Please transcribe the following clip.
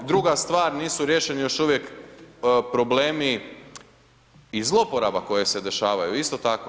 Druga stvar, nisu riješeni još uvijek problemi i zlouporaba koje se dešavaju isto tako.